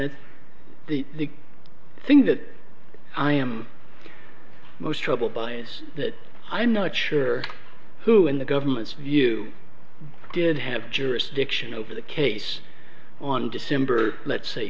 that's the thing that i am most troubled by is that i'm not sure who in the government's view did have jurisdiction over the case on december let's say